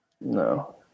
No